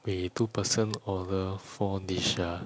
we two person order four dish sia